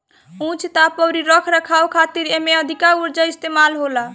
उच्च ताप अउरी रख रखाव खातिर एमे अधिका उर्जा इस्तेमाल होला